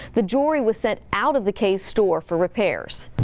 the jewelry was sent out of the kay store for repairs.